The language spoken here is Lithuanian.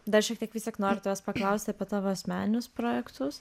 dar šiek tiek vis tik noriu tavęs paklausti apie tavo asmeninius projektus